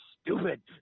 stupid